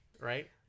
right